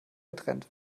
getrennt